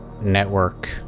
network